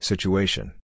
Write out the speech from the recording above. Situation